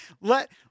let